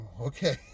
okay